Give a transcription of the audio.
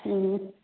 ꯎꯝ